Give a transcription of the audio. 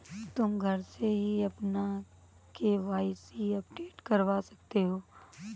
तुम घर से ही अपना के.वाई.सी अपडेट करवा सकते हो